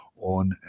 on